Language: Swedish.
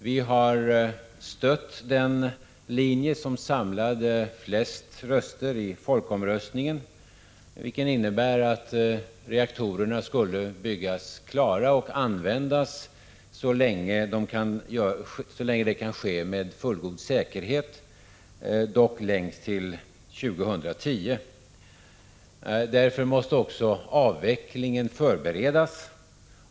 Vi har stött den linje som samlade flest röster i folkomröstningen, vilken innebär att reaktorerna skulle byggas klara och användas så länge detta kan ske med fullgod säkerhet, dock längst till år 2010. Därför måste också avvecklingen förberedas.